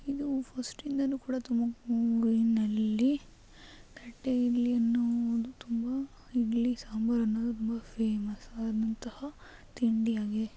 ಇದು ಫಸ್ಟಿಂದಲೂ ಕೂಡ ತುಮಕೂರಿನಲ್ಲಿ ತಟ್ಟೆ ಇಡ್ಲಿ ಅನ್ನೋದು ತುಂಬ ಇಡ್ಲಿ ಸಾಂಬರು ಅನ್ನೋದು ತುಂಬ ಫೇಮಸ್ ಆದಂತಹ ತಿಂಡಿ ಆಗಿದೆ